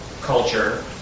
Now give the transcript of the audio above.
culture